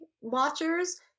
watchers